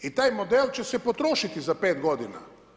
I taj model će se potrošiti za pet godina.